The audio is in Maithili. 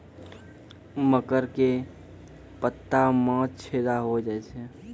मकर के पत्ता मां छेदा हो जाए छै?